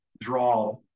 draw